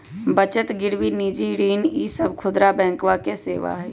बचत गिरवी निजी ऋण ई सब खुदरा बैंकवा के सेवा हई